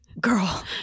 girl